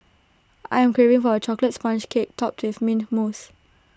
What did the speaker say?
I am craving for A Chocolate Sponge Cake Topped with Mint Mousse